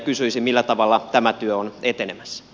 kysyisin millä tavalla tämä työ on etenemässä